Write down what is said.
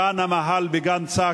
כאן, המאהל בגן-סאקר,